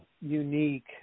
unique